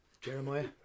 Jeremiah